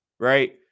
Right